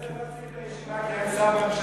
אולי צריך להפסיק את הישיבה כי אין שר מהממשלה,